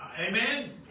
Amen